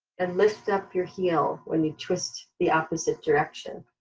and lift up your heel when you twist the opposite direction.